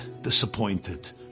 disappointed